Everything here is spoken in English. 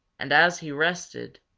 and as he rested,